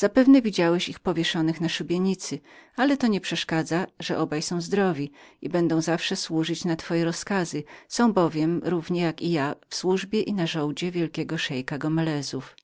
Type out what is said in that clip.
bezwątpienia widziałeś ich pan powieszonych na pewnej dobrze znajomej ci szubienicy ale to nie przeszkadza że obaj są zdrowi i silni i będą zawsze służyć na pańskie rozkazy są bowiem równie jak i ja w służbie i na żołdzie wielkiego szejka gomelezów